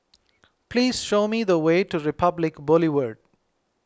please show me the way to Republic Boulevard